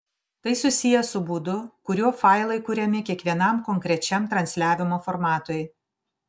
tai susiję su būdu kuriuo failai kuriami kiekvienam konkrečiam transliavimo formatui